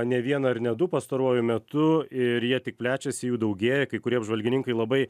ne vieną ir ne du pastaruoju metu ir jie tik plečiasi jų daugėja kai kurie apžvalgininkai labai